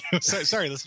sorry